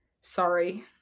Sorry